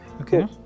Okay